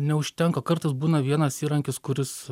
neužtenka kartais būna vienas įrankis kuris